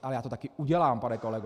Ale já to taky udělám, pane kolego.